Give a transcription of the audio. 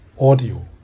audio